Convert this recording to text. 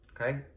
okay